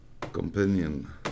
companion